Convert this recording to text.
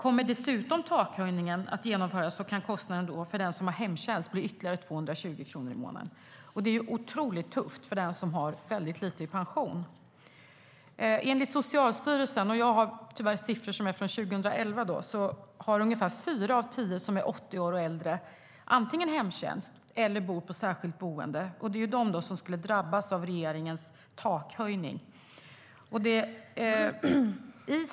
Om dessutom takhöjningen genomförs kan kostnaden för den som har hemtjänst bli ytterligare 220 kronor i månaden. Det är otroligt tufft för den som har lite i pension. Jag har siffror från 2011 från Socialstyrelsen. Där framgår att ungefär fyra av tio som är 80 år och äldre antingen har hemtjänst eller bor i särskilt boende. Det är de som skulle drabbas av regeringens takhöjning.